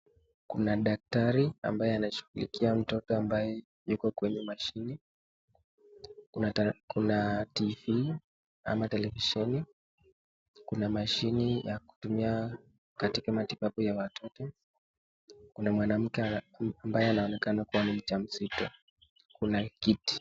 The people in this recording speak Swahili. Kuna daktari ambaye anashughulikia mtoto ambaye ako kwa mashini, kuna televisheni, kuna mashini ya kutumia katika matibabu ya watoto, kuna mwanamke ambaye anaonekana kua mjamzito. Kuna kiti.